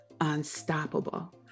unstoppable